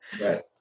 Right